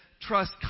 trust